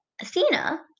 Athena